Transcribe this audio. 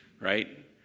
right